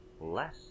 less